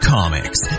Comics